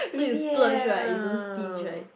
so you splurge right you don't stinge right